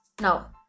Now